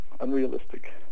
unrealistic